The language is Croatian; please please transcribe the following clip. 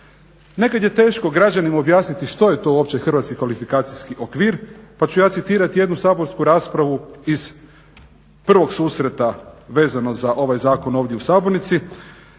Nekad je teško građanima objasniti što je to uopće hrvatskim kvalifikacijskim okvir pa ću ja citirati jednu saborsku raspravu iz prvog susreta vezano za ovaj zakon ovdje u sabornici.